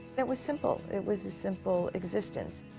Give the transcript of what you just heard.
it was simple. it was a simple existence.